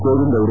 ಕೋವಿಂದ್ ಅವರು